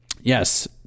Yes